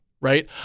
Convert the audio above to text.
right